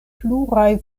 pluraj